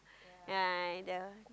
yeah the